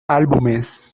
álbumes